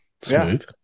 smooth